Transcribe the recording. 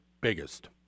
biggest